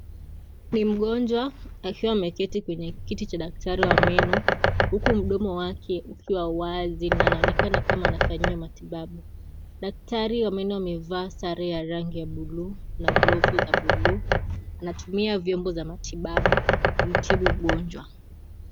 Ni mgonjwa akiwa ameketi kwenye kiti cha daktari wa meno, huku mdomo wake ukiwa wazi na anaonekana kuwa anafanyiwa matibabu daktari wa meno amevaa sare ya rangi ya buluu na glovu za buluu anatumia vyombo za matibabu kumtibu mgonjwa.